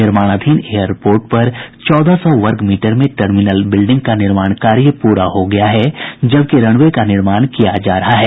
निर्माणाधीन एयरपोर्ट पर चौदह सौ वर्ग मीटर में टर्मिनल बिल्डिंग का निर्माण कार्य पूरा हो गया है जबकि रनवे का निर्माण किया जा रहा है